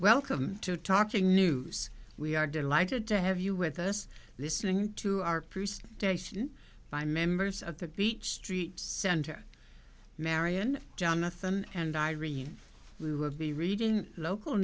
welcome to talking news we are delighted to have you with us listening to our priest station by members of the beach street center marian jonathan and irene we will be reading local